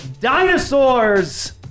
dinosaurs